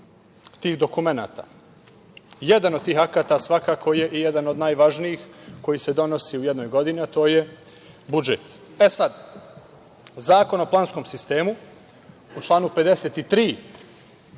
tih dokumenata. Jedan od tih akata svakako je i jedan od najvažnijih koji se donosi u jednoj godini, a to je budžet. E, sada, Zakon o planskom sistemu u članu 53.